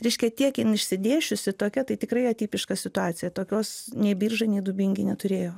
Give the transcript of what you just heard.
reiškia tiek jin išsidėsčiusi tokia tai tikrai atipiška situacija tokios nei biržai dubingiai neturėjo